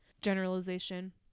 generalization